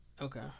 Okay